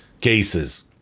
cases